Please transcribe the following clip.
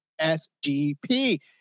SGP